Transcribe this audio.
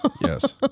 yes